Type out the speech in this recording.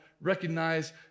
Recognize